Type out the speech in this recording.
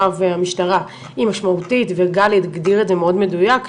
רב המשטרה היא משמעותית וגל הגדיר את זה מאוד מדויק,